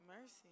Mercy